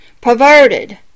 Perverted